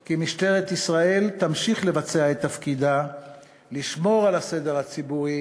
כי משטרת ישראל תמשיך לבצע את תפקידה לשמור על הסדר הציבורי